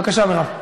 בבקשה, מרב.